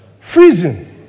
Freezing